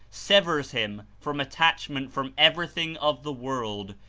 severs him from attachment from everything of the world,